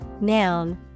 noun